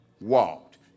walked